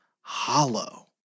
hollow